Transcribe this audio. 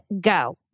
go